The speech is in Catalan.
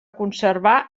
conservar